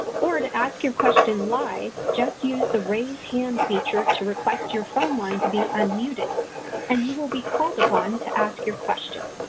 or, to ask your question live, use the raise hand feature to request your phone line to be unmuted and you will be called upon to ask your question.